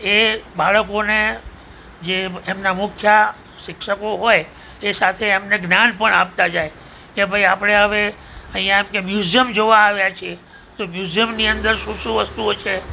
એ બાળકોને જે એમના મુખ્ય શિક્ષકો હોય એ સાથે એમને જ્ઞાન પણ આપતા જાય કે ભાઈ આપણે હવે અહીંયા એમ કે મ્યુઝિયમ જોવા આવ્યા છીએ તો મ્યુઝિયમની અંદર શું શું વસ્તુઓ છે